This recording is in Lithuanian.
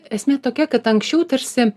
esmė tokia kad anksčiau tarsi